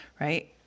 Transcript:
right